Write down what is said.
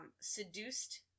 Seduced